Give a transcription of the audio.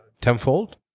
tenfold